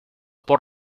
por